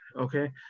okay